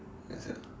ya sia